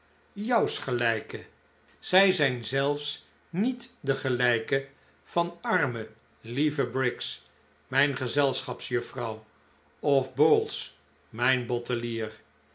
jouws gelijke zij zijn zelfs niet de gelijke van arme lieve briggs mijn gezelschapsjuffrouw of bowls mijn bottelier